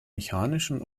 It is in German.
mechanischen